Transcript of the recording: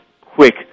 quick